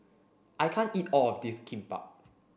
I can't eat all of this Kimbap